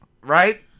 Right